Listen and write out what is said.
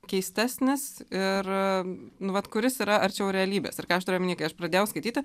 keistesnis ir nu vat kuris yra arčiau realybės ir ką aš turiu omeny kai aš pradėjau skaityti